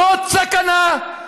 זאת סכנה.